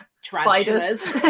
Spiders